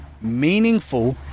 meaningful